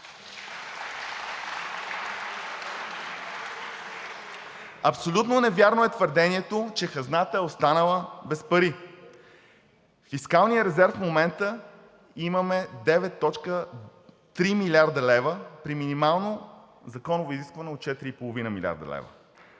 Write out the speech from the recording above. Абсолютно невярно е твърдението, че хазната е останала без пари. Във фискалния резерв в момента имаме 9,3 млрд. лв. при минимално законово изискване от 4,5 млрд. лв.